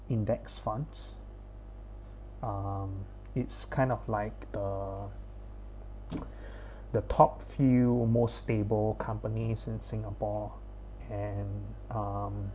index funds um it's kind of like the the top few more stable companies in singapore and um